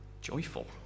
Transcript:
joyful